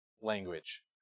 language